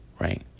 right